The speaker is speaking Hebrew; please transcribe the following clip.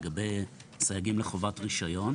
לגבי סייגים לחובת רישיון.